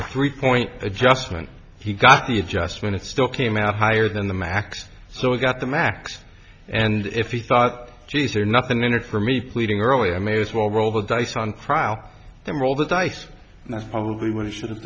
a three point adjustment he got the adjustment it still came out higher than the max so we got the max and if he thought geezer nothing entered for me pleading early i may as well roll the dice on trial and roll the dice and that's probably what he should have